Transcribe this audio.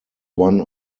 one